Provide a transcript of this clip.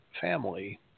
family